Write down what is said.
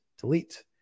delete